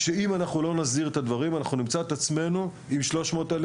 אם לא נסדיר את הדברים נמצא את עצמנו עם 300,000